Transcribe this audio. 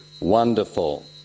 wonderful